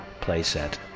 playset